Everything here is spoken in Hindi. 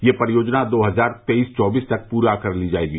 यह परियोजना दो हजार तेईस चौबीस तक पूरी कर ली जाएगी